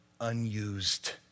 unused